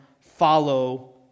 follow